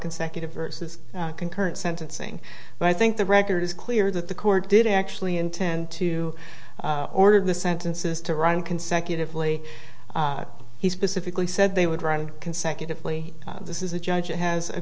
consecutive vs concurrent sentencing but i think the record is clear that the court did actually intend to order the sentences to run consecutively he specifically said they would run consecutively this is a judge that has a